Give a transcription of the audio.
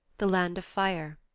the land of fire.